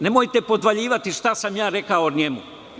Nemojte podvaljivati šta sam ja rekao njemu.